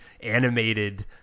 animated